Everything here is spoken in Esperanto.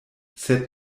sed